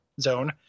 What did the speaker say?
zone